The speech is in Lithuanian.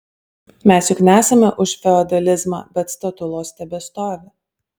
mes juk nesame už feodalizmą bet statulos tebestovi